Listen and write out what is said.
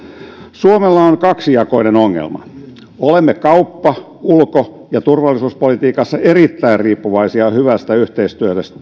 suomella on kaksijakoinen ongelma olemme kauppa ulko ja turvallisuuspolitiikassa erittäin riippuvaisia hyvästä yhteistyöstä